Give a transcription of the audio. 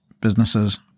businesses